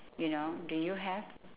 you know do you have